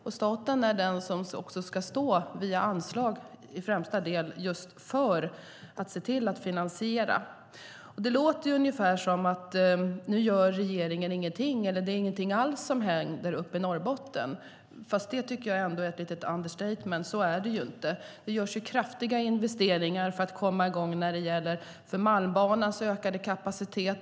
Staten är också den som via anslag ska stå för den främsta delen av finansieringen. Det låter ungefär som att regeringen nu inte gör någonting och att det inte är någonting alls som händer uppe i Norrbotten. Men det är ändå ett litet understatement. Så är det inte. Det görs kraftiga investeringar för att komma i gång med Malmbanans ökade kapacitet.